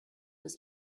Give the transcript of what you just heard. was